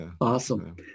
Awesome